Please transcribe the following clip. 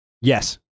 Yes